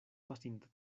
pasinta